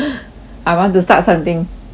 I want to start something (uh huh)